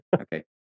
okay